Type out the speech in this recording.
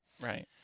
Right